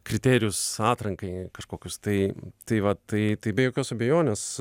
kriterijus atrankai kažkokius tai tai va tai tai be jokios abejonės